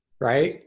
Right